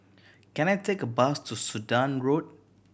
can I take a bus to Sudan Road